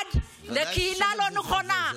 שנולד לקהילה לא נכונה,